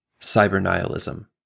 Cyber-Nihilism